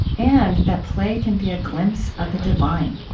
and that play can be a glimpse of the divine